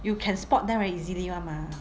you can spot them very easily [one] mah